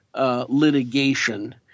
litigation